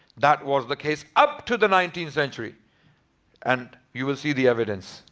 that was the case up to the nineteenth century and you will see the evidence.